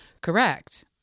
Correct